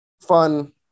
fun